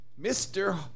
Mr